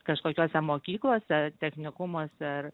kažkokiose mokyklose technikumuose ar